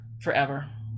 forever